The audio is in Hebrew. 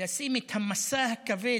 לשים את המשא הכבד,